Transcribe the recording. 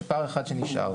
פער אחד שנשאר,